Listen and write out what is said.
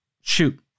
Shoot